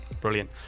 Brilliant